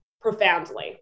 profoundly